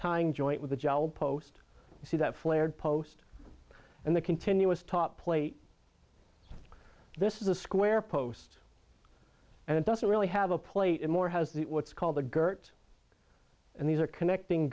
tieing joint with a gel post see that flared post and the continuous top plate this is a square post and it doesn't really have a plate and more has the what's called the gert's and these are connecting